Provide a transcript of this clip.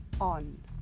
on